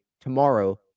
tomorrow